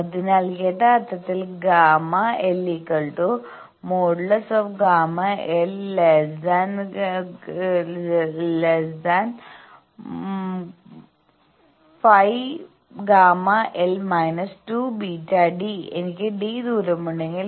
അതിനാൽ യഥാർത്ഥത്തിൽ Γ L|Γ L|∠ φ ΓL −2 βd എനിക്ക് d ദൂരമുണ്ടെങ്കിൽ